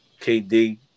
KD